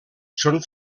són